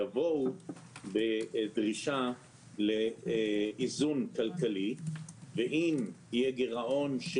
יבואו בדרישה לאיזון כלכלי ואם יהיה גירעון,